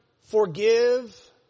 forgive